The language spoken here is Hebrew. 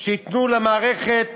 שייתנו למערכת